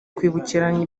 kwibukiranya